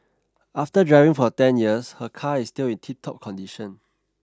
after driving for ten years her car is still in tiptop condition